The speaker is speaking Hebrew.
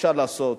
אפשר לעשות.